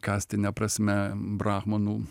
kastine prasme brahmanų